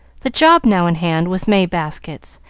the job now in hand was may baskets,